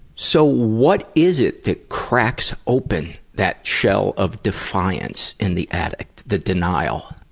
so, what is it that cracks open that shell of defiance in the addict, the denial?